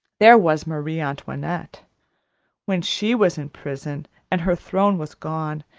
there was marie antoinette when she was in prison, and her throne was gone,